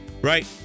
right